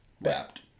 wrapped